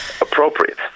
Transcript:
appropriate